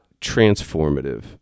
transformative